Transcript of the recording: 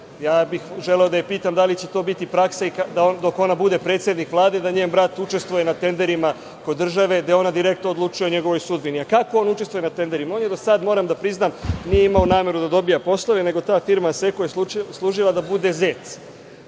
bih da je pitam da li će to biti praksa, dok ona bude predsednik Vlade, da njen brat učestvuje na tenderima kod države, gde ona direktno odlučuje o njegovoj sudbini? Kako on učestvuje na tenderima? On je do sad, moram da priznam, nije imao nameru da dobija poslove, nego ta firma Asseco je služila da bude